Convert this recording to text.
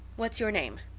what's your name?